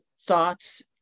thoughts